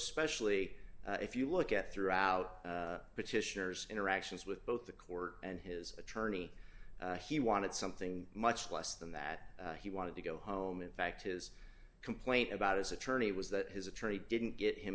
specially if you look at throughout petitioners interactions with both the court and his attorney he wanted something much less than that he wanted to go home in fact his complaint about his attorney was that his attorney didn't get him